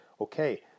okay